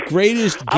Greatest